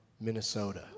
Minnesota